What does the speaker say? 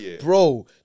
bro